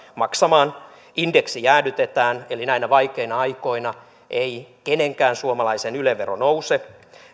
maksamaan indeksi jäädytetään eli näinä vaikeina aikoina ei kenenkään suomalaisen yle vero nouse